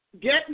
Get